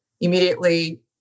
immediately